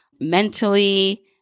mentally